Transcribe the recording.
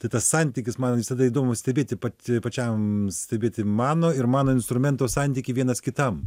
tai tas santykis man visada įdomu stebėti pati pačiam stebėti mano ir mano instrumento santykį vienas kitam